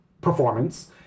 performance